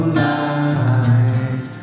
light